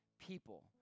people